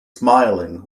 smiling